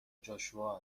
جاشوا